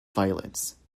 violence